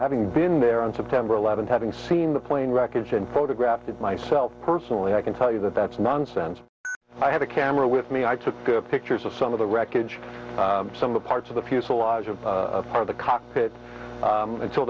having been there on september eleventh having seen the plane wreckage and photographed it myself personally i can tell you that that's nonsense i had a camera with me i took pictures of some of the wreckage some of the parts of the fuselage of part of the cockpit until